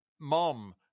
mom